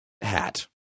hat